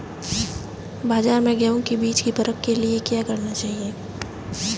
बाज़ार में गेहूँ के बीज की परख के लिए क्या करना चाहिए?